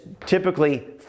typically